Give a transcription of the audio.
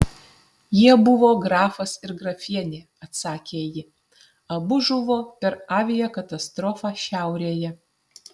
jie buvo grafas ir grafienė atsakė ji abu žuvo per aviakatastrofą šiaurėje